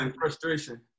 Frustration